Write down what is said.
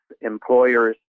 employers